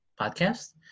podcast